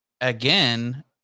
again